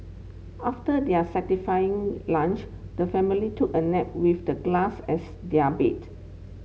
after their satisfying lunch the family took a nap with the glass as their bed